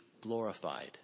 glorified